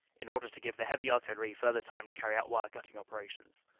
in order to give the heavy artillery further time to carry out wire-cutting operations.